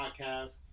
podcast